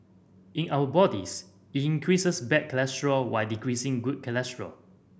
in our bodies it increases bad cholesterol while decreasing good cholesterol